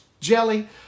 Jelly